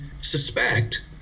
suspect